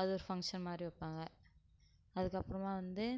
அது ஃபங்க்ஷன் மாதிரி வைப்பாங்க அதுக்கப்புறமா வந்து